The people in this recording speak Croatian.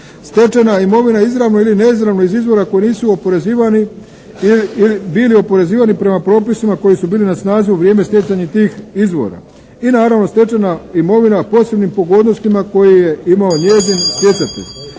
Stečena imovina izravno ili neizravno iz izvora koji nisu oporezivani bili oporezivani prema propisima koji su bili na snazi u vrijeme stjecanja tih izvora. I naravno, stečena imovina posebnim pogodnostima koji je imao njezin stjecatelj.